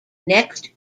next